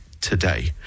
today